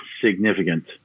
significant